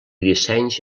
dissenys